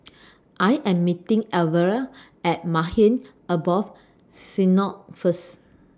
I Am meeting Alvera At Maghain Aboth Syna First